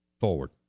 forward